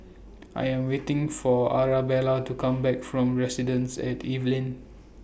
I Am waiting For Arabella to Come Back from Residences At Evelyn